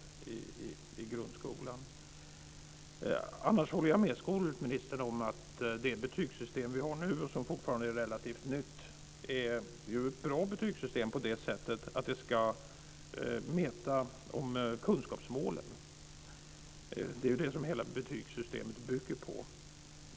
Annars håller jag med skolministern om att det betygssystem vi har nu, som fortfarande är relativt nytt, är ett bra betygssystem på det sättet att det ska mäta utifrån kunskapsmålen. Det är det hela betygssystemet bygger på.